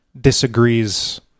disagrees